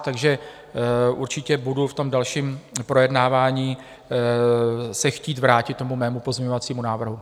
Takže určitě budu v dalším projednávání se chtít vrátit k svému pozměňovacímu návrhu.